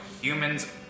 humans